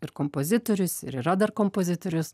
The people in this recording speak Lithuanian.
ir kompozitorius ir yra dar kompozitorius